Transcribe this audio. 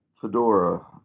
Fedora